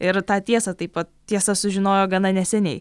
ir tą tiesą taip pat tiesa sužinojo gana neseniai